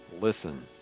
listen